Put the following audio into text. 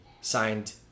Signed